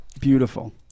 beautiful